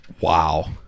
Wow